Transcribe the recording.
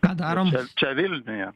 čia vilniuje